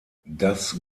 das